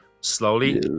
slowly